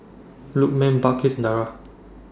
Lukman Balqis and Dara